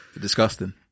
Disgusting